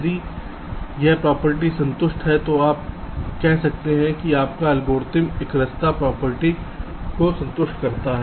यदि यह प्रॉपर्टी संतुष्ट है तो आप कह सकते हैं कि आपका एल्गोरिथ्म एकरसता प्रॉपर्टी को संतुष्ट करता है